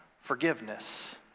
forgiveness